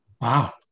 Wow